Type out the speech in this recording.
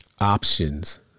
options